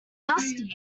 dusty